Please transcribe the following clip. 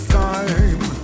time